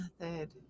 Method